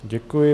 Děkuji.